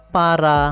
para